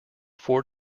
four